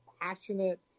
passionate